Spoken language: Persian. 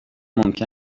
ممکن